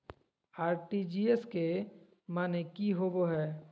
RTGS के माने की होबो है?